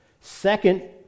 Second